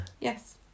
Yes